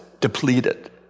depleted